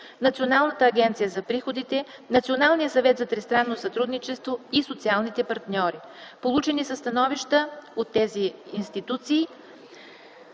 Националната агенция за приходите, Националния съвет за тристранно сътрудничество и социалните партньори. Получени са становища от тези институции,